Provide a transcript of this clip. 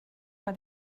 war